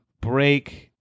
break